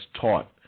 taught